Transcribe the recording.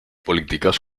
políticas